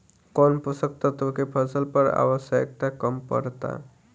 कौन पोषक तत्व के फसल पर आवशयक्ता कम पड़ता?